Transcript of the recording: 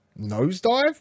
nosedive